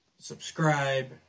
Subscribe